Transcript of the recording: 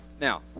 now